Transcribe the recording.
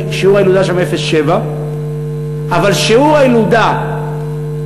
כי שיעור הילודה שם הוא 0.7. אבל שיעור הילודה היחיד